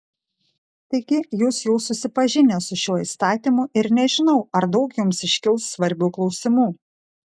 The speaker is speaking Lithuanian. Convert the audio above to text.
taigi jūs jau susipažinę su šiuo įstatymu ir nežinau ar daug jums iškils svarbių klausimų